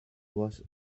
was